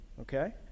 okay